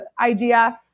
IGF